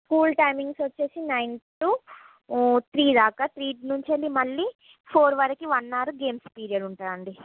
school timings వచ్చి nine to three దాకా three నుంచి వెళ్ళి మళ్ళీ ఫోర్ వరకు వన్ అవర్ గేమ్స్ పీరియడ్ ఉంటుందండి